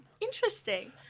interesting